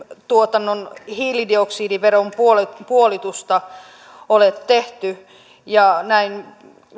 tuotannon hiilidioksidiveron puolitusta puolitusta ole tehty ja näin